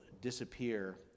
disappear